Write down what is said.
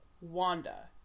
Wanda